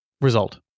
result